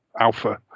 alpha